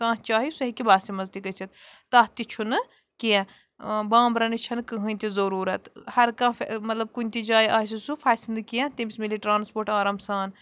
کانٛہہ چاہہِ سُہ ہیٚکہِ بَسہِ منٛز تہِ گٔژھِتھ تَتھ تہِ چھُنہٕ کیٚنٛہہ بامبرَنٕچ چھَنہٕ کٕہۭنۍ تہِ ضٔروٗرَت ہَرٕ کانٛہہ مطلب کُنہِ تہِ جایہِ آسہِ سُہ فَسہِ نہٕ کیٚنٛہہ تٔمِس مِلہِ ٹرٛانَسپوٹ آرام سان